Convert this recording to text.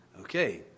Okay